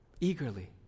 eagerly